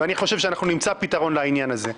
ואני חושב שאנחנו נמצא פתרון לעניין הזה.